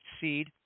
seed